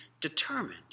determined